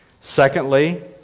Secondly